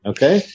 Okay